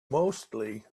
mostly